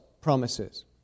promises